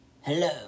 Hello